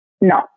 no